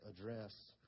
address